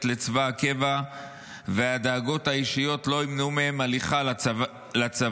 לצבא הקבע והדאגות האישיות --- לא ימנעו מהם הליכה לצבא.